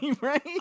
Right